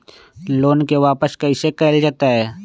Loan के वापस कैसे कैल जतय?